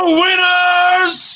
winners